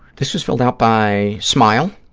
this was filled out by smile,